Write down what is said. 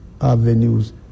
avenues